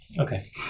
Okay